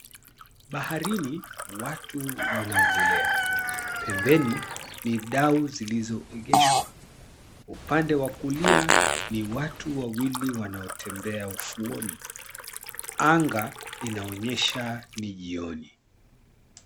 Baharini, watu wanaogelea. Pembeni, ni dau zililzoegeshwa. Upande wa kulia, ni watu wawili wanaotembea ufuoni. Anga, inaonyesha ni jioni.